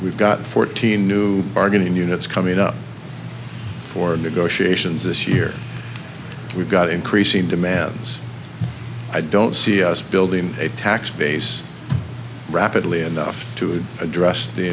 we've got fourteen new bargain in units coming up for negotiations this year we've got increasing demands i don't see us building a tax base rapidly enough to address the